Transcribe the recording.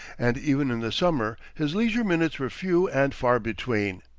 and even in the summer his leisure minutes were few and far between.